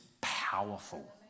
powerful